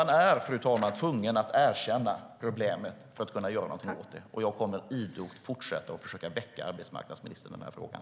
Man är, fru talman, tvungen att erkänna problemet för att kunna göra något åt det. Jag kommer idogt att fortsätta att försöka väcka arbetsmarknadsministern i den här frågan.